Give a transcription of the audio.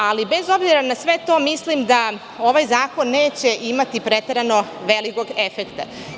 Ali bez obzira na sve to mislim da ovaj zakon neće imati preterano velikog efekta.